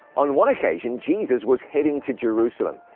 on one occasion, jesus was heading to jerusalem,